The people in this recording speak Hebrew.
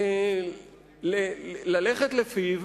ללכת לפיו,